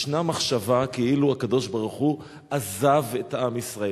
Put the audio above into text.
ישנה מחשבה כאילו הקדוש-ברוך-הוא עזב את עם ישראל.